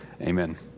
Amen